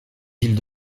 villes